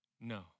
No